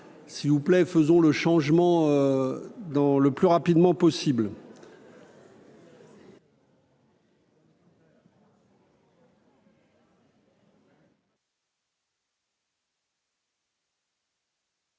s'il vous plaît, faisons le changement dans le plus rapidement possible.